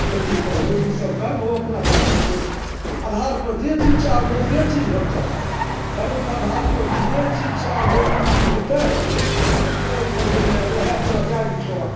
खेती करहो ईसब करबहो अपना कर्मके आधारपर जे चीज चाहबहो से चीज होतै कर्मके आधारपर जे चीज चाहबहो ओ चीज होतै आओर कुकर्मपरमे लै वहेँ तोरा जाइके छऽ